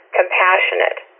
compassionate